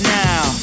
now